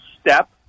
step